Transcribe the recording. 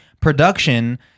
production